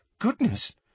Goodness